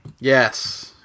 Yes